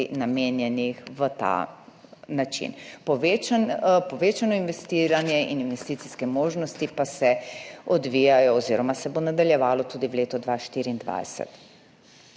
namenjenih za ta način. Povečano investiranje in investicijske možnosti pa se odvijajo oziroma se bo nadaljevalo tudi v letu 2024.